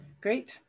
great